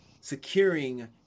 securing